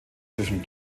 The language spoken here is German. zwischen